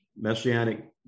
messianic